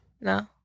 No